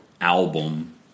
album